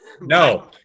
No